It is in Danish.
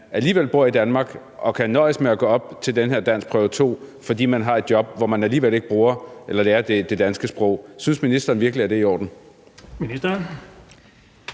alligevel bor i Danmark og kan nøjes med at gå op til den her danskprøve 2, fordi man har et job, hvor man alligevel ikke bruger eller lærer det danske sprog. Synes ministeren virkelig, at det er i orden?